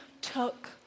took